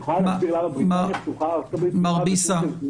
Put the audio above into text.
היא יכולה להסביר למה בריטניה פתוחה וארה"ב פתוחה וטורקיה סגורה?